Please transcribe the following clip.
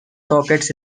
sockets